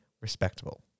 respectable